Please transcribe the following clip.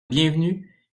bienvenu